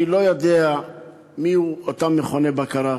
אני לא יודע מה הם אותם מכוני בקרה,